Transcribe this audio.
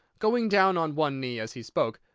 going down on one knee as he spoke,